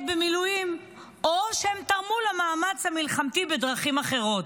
במילואים או שהם תרמו למאמץ המלחמתי בדרכים אחרות.